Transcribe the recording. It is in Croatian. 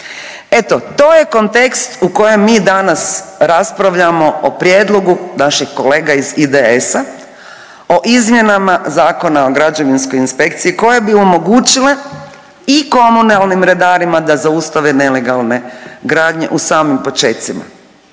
Eto to je kontekst u kojem mi danas raspravljamo o prijedlogu naših kolega iz IDS-a o izmjenama Zakona o građevinskoj inspekciji koje bi omogućile i komunalnim redarima da zaustave nelegalne gradnje u samim počecima.